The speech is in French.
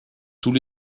tous